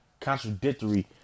Contradictory